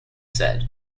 said